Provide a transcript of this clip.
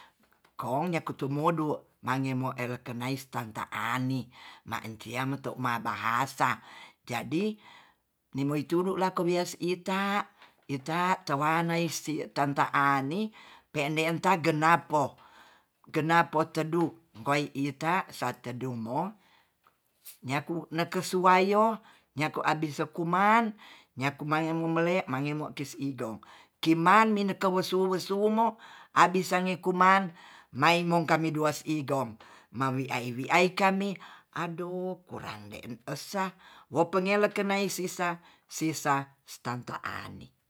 Kong nyakuku tu mudu mangemo elekenais tanta ani ma encia meto mabahasa jadi nimoi tudu lako wies ita ita towana is tanta ani pendeta genap po, genapo teduh goi ita satedumong nyaku nekesuwaio nyaku ambi sekuman. nyaku mangemo mele mangemo ki idong kiman minekewesu wesumo abis sange kuman maimo kami duas igong mawiai-wiai kami adoh orangde esa wopengele kenei sisa, sisa tanta ani